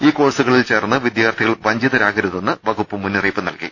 ഈ കോഴ്സുകളിൽ ചേർന്ന് വിദ്യാർത്ഥികൾ വഞ്ചിതരാകരുതെന്ന് വകുപ്പ് മുന്നറിയിപ്പ് നൽകി